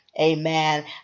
Amen